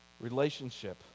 Relationship